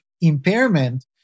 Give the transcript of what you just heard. impairment